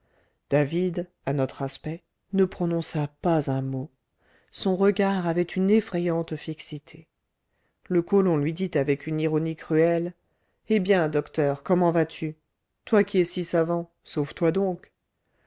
david à notre aspect ne prononça pas un mot son regard avait une effrayante fixité le colon lui dit avec une ironie cruelle eh bien docteur comment vas-tu toi qui es si savant sauve-toi donc